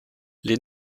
les